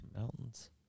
mountains